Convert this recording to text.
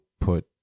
put